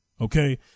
okay